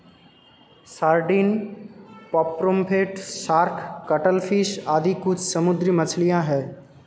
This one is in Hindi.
sardine, pomfret, shark, cuttlefish आदि कुछ समुद्री मछलियाँ हैं